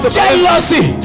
jealousy